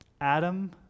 Adam